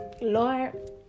Lord